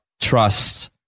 trust